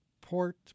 port